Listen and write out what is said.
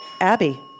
Abby